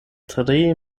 tre